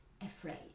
afraid